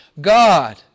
God